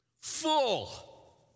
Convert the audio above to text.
full